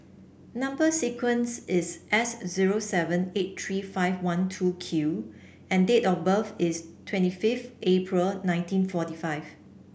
number sequence is S zero seven eight three five one two Q and date of birth is twenty five April nineteen forty five